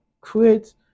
create